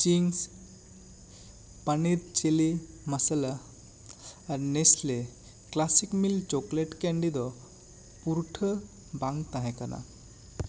Ching's paneer chilli masala ᱟᱨ Nestle classic milk chocolate candy ᱫᱚ ᱯᱩᱨᱴᱷᱟᱹ ᱵᱟᱝ ᱛᱟᱦᱮᱸ ᱠᱟᱱᱟ